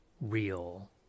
real